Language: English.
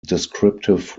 descriptive